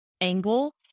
angle